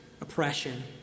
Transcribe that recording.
oppression